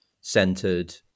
centered